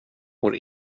vår